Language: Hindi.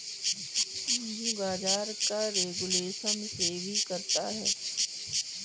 पूंजी बाजार का रेगुलेशन सेबी करता है